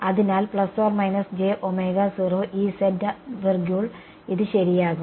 അതിനാൽ ഇത് ശരിയാകും